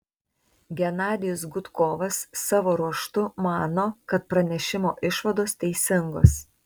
genadijus gudkovas savo ruožtu mano kad pranešimo išvados teisingos